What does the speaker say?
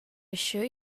assure